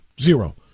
Zero